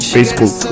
Facebook